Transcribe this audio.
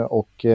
och